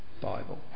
Bible